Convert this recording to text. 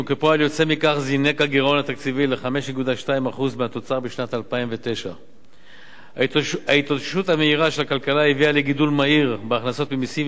וכפועל יוצא מכך זינק הגירעון התקציבי ל-5.2% מהתוצר בשנת 2009. ההתאוששות המהירה של הכלכלה הביאה לגידול מהיר בהכנסות ממסים.